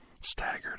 staggered